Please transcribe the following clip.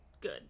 good